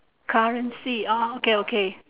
currency orh okay okay